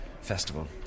festival